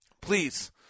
Please